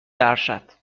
ارشد